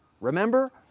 remember